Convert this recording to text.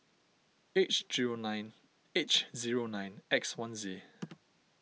H zero nine H zero nine X one Z